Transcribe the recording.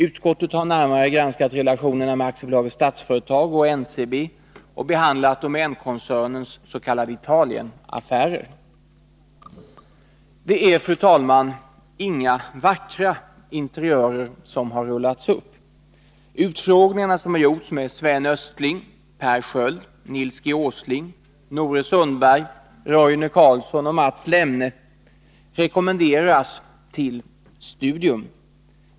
Utskottet har närmare granskat relationerna med AB Statsföretag och NCB och behandlat domänkoncernens s.k. Italienaffärer. Det är, fru talman, inga vackra interiörer som har rullats upp. Utfrågningarna som gjorts med Sven Östling, Per Sköld, Nils G. Åsling, Nore Sundberg, Roine Carlsson och Mats Lemne rekommenderas till studium.